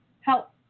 Help